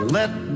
let